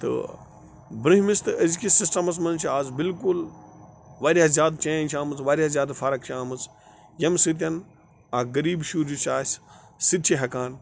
تہٕ بٕرنٛہمِس تہٕ أزۍکِس سِسٹَمَس منٛز چھِ آز بِلکُل واریاہ زیادٕ چینٛج آمٕژ واریاہ زیادٕ فرق چھِ آمٕژ ییٚمہِ سۭتۍ اَکھ غریب شُر یُس آسہِ سُہ تہِ چھِ ہٮ۪کان